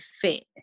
fit